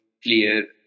clear